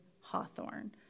Hawthorne